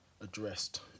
addressed